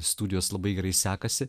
studijos labai gerai sekasi